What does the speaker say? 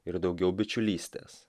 ir daugiau bičiulystės